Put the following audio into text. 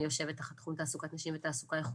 אני יושבת תחת תחום תעסוקת נשים ותעסוקה איכותית.